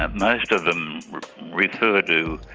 um most of them refer to